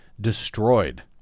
destroyed